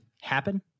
happen